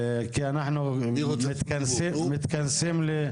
כי אנחנו מתכנסים לסיום.